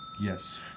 Yes